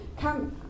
come